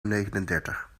negenendertig